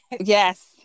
yes